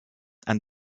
and